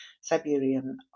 Siberian